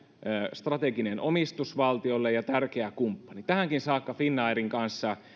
strateginen omistus valtiolle ja tärkeä kumppani tähänkin saakka finnairin kanssa